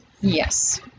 Yes